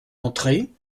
entrée